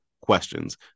questions